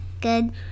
Good